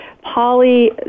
Polly